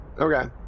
Okay